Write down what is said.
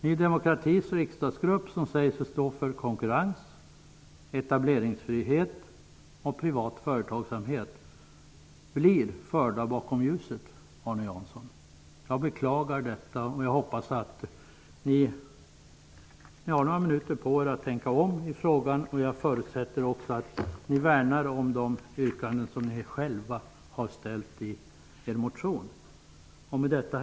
Ny demokratis riksdagsgrupp, som säger sig stå för konkurrens, etableringsfrihet och privat företagsamhet, blir förd bakom ljuset, Arne Jansson. Jag beklagar detta. Ni har nu några minuter på er att tänka om i frågan. Jag förutsätter att ni värnar om de yrkanden som ni själva har framställt i er motion. Herr talman!